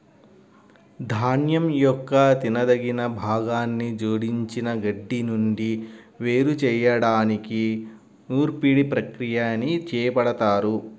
ధాన్యం యొక్క తినదగిన భాగాన్ని జోడించిన గడ్డి నుండి వేరు చేయడానికి నూర్పిడి ప్రక్రియని చేపడతారు